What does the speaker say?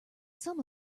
some